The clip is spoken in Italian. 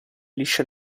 liscia